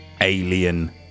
alien